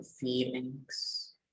feelings